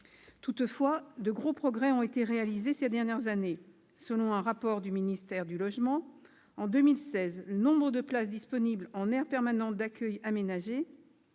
Toutefois, de gros progrès ont été réalisés ces dernières années. Selon un rapport du ministère du logement, en 2016, le nombre de places disponibles en aires permanentes d'accueil aménagées